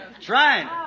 trying